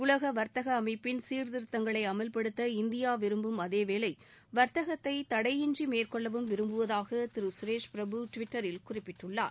உலக வாத்தக அமைப்பின் சீர்திருத்தங்களை அமல்படுத்த இந்தியா விரும்பும் அதேவேளை வர்த்தகத்தை தடையின்றி மேற்கொள்ளவும் விரும்புவதாக திரு சுரேஷ் பிரபு டுவிட்டரில் குறிப்பிட்டுள்ளார்